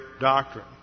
doctrine